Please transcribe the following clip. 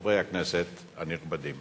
חברי הכנסת הנכבדים,